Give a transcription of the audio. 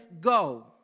go